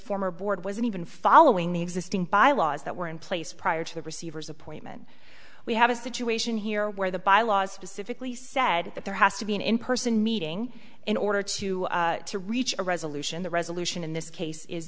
former board wasn't even following the existing bylaws that were in place prior to the receiver's appointment we have a situation here where the bylaws specifically said that there has to be an in person meeting in order to to reach a resolution the resolution in this case is